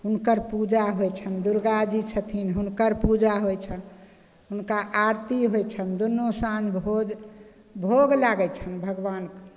हुनकर पूजा होइ छनि दुर्गाजी छथिन हुनकर पूजा होइ छनि हुनका आरती होइ छनि दुनू साँझ भोज भोग लागय छनि भगवानके